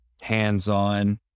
hands-on